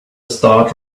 start